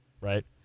right